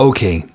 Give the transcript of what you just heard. Okay